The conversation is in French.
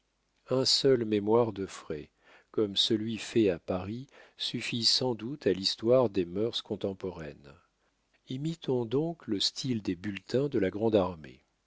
un seul mémoire de frais comme celui fait à paris suffit sans doute à l'histoire des mœurs contemporaines imitons donc le style des bulletins de la grande-armée